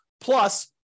plus